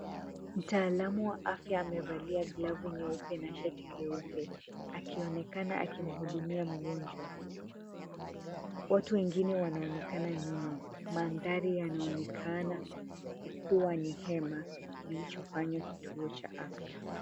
Mtaalamu wa afya amevalia glavu nyeupe na shati nyeupe. Akionekana akimuhudumia mgonjwa. Watu wengine wanoonekana nyuma. Mandhari yanaonekana kuwa ni hema kilichofanywa kituo cha afya.